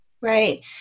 Right